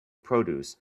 produce